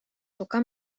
suka